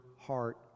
heart